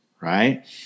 right